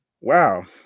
Wow